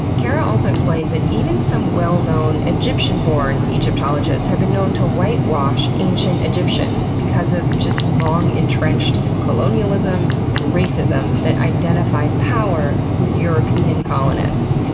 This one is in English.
kara also explained that even some well-known egyptian-born egyptologists have been known to whitewash ancient egyptians because of long entrenched colonialism and racism that identifies power with european colonists.